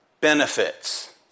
benefits